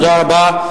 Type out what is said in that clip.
תודה רבה.